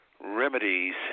remedies